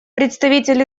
представитель